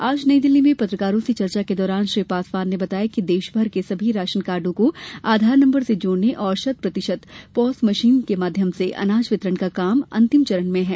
आज नई दिल्ली मे पत्रकारों से चर्चा के दौरान श्री पासवान ने बताया कि देशभर के सभी राशन कार्डो को आधार नम्बर से जोड़ने और शत प्रतिशत पॉस मशीन के माध्यम से अनाज वितरण का काम अंतिम चरण में है